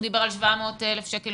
הוא דיבר על 700,000 שקלים,